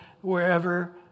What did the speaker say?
wherever